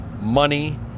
money